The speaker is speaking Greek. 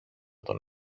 τον